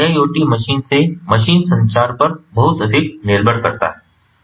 इसलिए IIoT machine से machine संचार पर बहुत अधिक निर्भर करता है